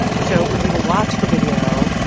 so when people watch the video,